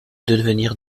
devenir